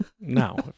no